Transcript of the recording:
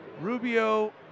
Rubio